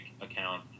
account